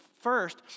first